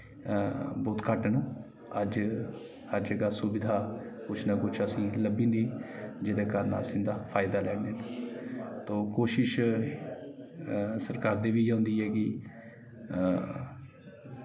बहोत घट्ट न अज्ज अज्ज सुविधा कुछ ना कुछ असें ई लब्भी जंदी जिं'दे कारण अस इं'दा फायदा लैन्ने न तो कोशिश सरकार दी बी इ'यै होंदी ऐ कि